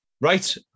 Right